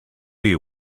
you